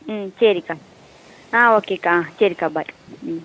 ம் சரிக்கா ஆ ஓகேக்கா சரிக்கா பாய் ம்